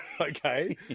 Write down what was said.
Okay